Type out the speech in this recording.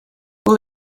will